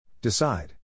Decide